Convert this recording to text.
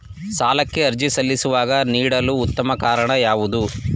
ಸಾಲಕ್ಕೆ ಅರ್ಜಿ ಸಲ್ಲಿಸುವಾಗ ನೀಡಲು ಉತ್ತಮ ಕಾರಣ ಯಾವುದು?